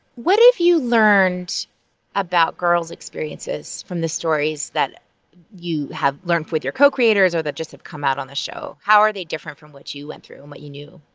what have you learned about girls' experiences from the stories that you have learned with your co-creators or that just have come out on the show? how are they different from what you went through and what you knew?